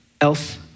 else